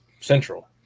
Central